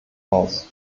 aus